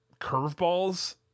curveballs